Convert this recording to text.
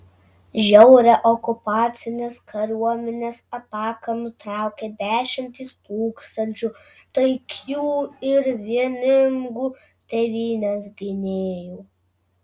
žiaurią okupacinės kariuomenės ataką nutraukė dešimtys tūkstančių taikių ir vieningų tėvynės gynėjų